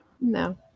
No